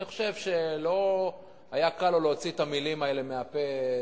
ואני חושב שלא היה לו קל להוציא את המלים האלה מהפה,